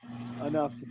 enough